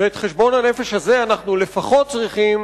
ואת חשבון הנפש הזה אנחנו לפחות צריכים